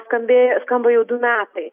skambėj skamba jau du metai